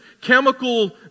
chemical